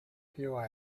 pure